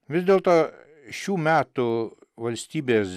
vis dėlto šių metų valstybės